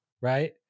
right